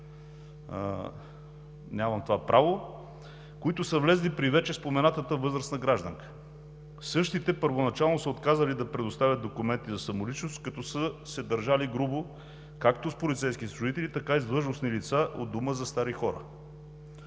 които са влезли при вече споменатата възрастна гражданка. Същите първоначално са отказали да предоставят документите си за самоличност, като са се държали грубо, както с полицейските служители, така и с длъжностни лица от Дома за стари хора.